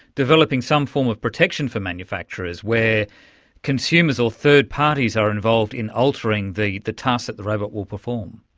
developing some form of protection for manufacturers where consumers or third parties are involved in altering the the tasks that the robot will perform.